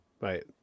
right